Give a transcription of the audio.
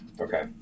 Okay